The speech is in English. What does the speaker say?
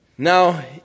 Now